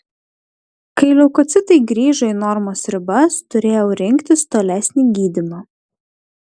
kai leukocitai grįžo į normos ribas turėjau rinktis tolesnį gydymą